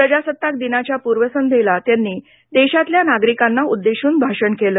प्रजासत्ताक दिनाच्या पूर्वसंध्येला त्यांनी देशातल्या नागरिकांना उद्देशून भाषण केलं